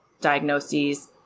diagnoses